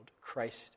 Christ